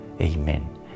Amen